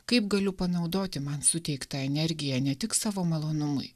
kaip galiu panaudoti man suteiktą energiją ne tik savo malonumui